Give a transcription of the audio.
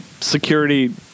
security